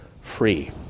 free